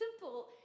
simple